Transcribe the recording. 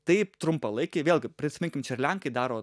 taip trumpalaikiai vėlgi prisiminkim čia ir lenkai daro